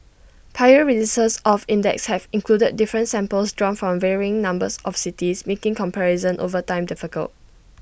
prior releases of the index have included different samples drawn from varying numbers of cities making comparison over time difficult